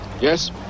Yes